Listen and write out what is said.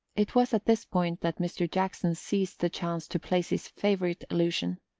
it was at this point that mr. jackson seized the chance to place his favourite allusion.